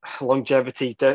Longevity